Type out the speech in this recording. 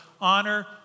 Honor